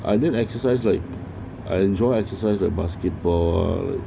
I didn't exercise like I enjoy exercise the basketball